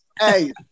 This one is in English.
Hey